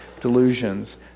delusions